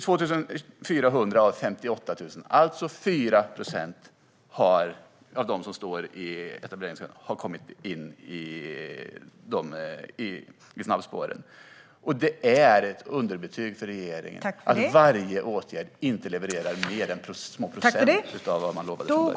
2 400 av 58 000, alltså 4 procent, av dem som står i etableringskön har kommit in i snabbspåren. Det är ett underbetyg för regeringen att varje åtgärd inte levererar mer än några få procent av vad man lovade från början.